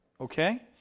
Okay